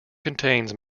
contains